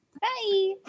Bye